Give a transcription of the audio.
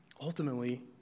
Ultimately